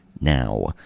Now